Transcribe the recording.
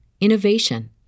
innovation